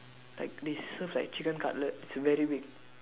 like they serve like chicken cutlet it's very big